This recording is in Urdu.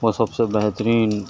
وہ سب سے بہترین